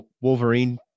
Wolverine